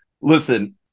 Listen